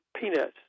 Peanuts